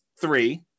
three